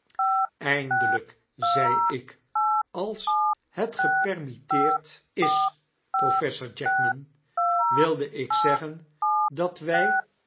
eindelyk zei ik als het gepermitteerd is professor jackman wilde ik zeggen dat wy